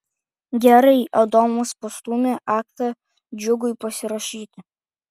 gerai adomas pastūmė aktą džiugui pasirašyti